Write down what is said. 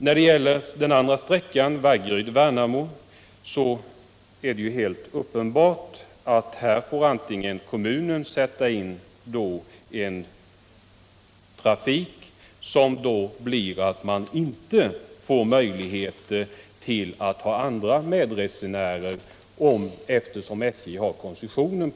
När det gäller den andra sträckan, Vaggeryd-Värnamo, är det ju helt uppenbart att kommunen tydligen får sätta in en trafik där, vilket innebär att det inte blir några möjligheter att ta med andra resenärer eftersom SJ har koncession på linjen.